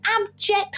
abject